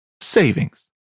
savings